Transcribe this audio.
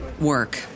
work